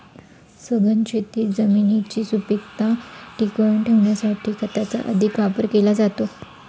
सघन शेतीत जमिनीची सुपीकता टिकवून ठेवण्यासाठी खताचा अधिक वापर केला जातो